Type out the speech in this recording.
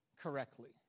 correctly